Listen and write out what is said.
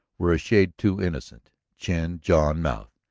were a shade too innocent. chin, jaw, and mouth,